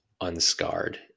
Unscarred